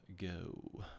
go